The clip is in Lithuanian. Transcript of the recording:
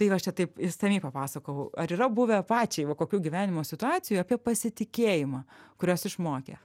tai aš čia taip išsamiai papasakojau ar yra buvę pačiai va kokių gyvenimo situacijų apie pasitikėjimą kurios išmokė